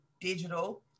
digital